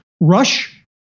rush